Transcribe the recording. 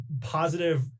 positive